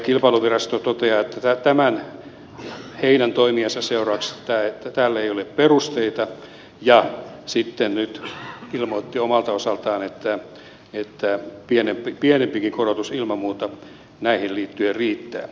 kilpailuvirasto toteaa että heidän toimiensa seurauksesta tälle ei ole perusteita ja sitten nyt ilmoitti omalta osaltaan että pienempikin korotus ilman muuta näihin liittyen riittää